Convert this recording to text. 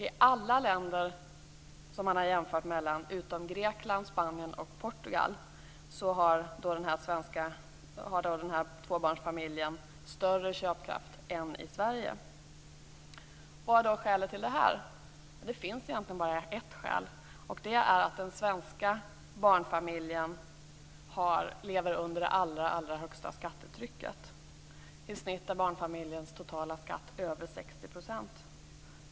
I alla länder som man har jämfört mellan, utom Grekland, Spanien och Portugal, har tvåbarnsfamiljen större köpkraft än i Sverige. Vad är då skälet till det här? Det finns egentligen bara ett skäl. Det är att den svenska barnfamiljen lever under det allra högsta skattetrycket. I snitt är barnfamiljens totala skatt över 60 %.